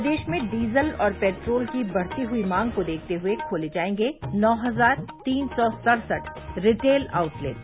प्रदेश में डीजल और पेट्रोल की बढ़ती हुई मांग को देखते हुए खोले जायेंगे नौ हजार तीन सौ सड़सठ रिटेल आउटलेट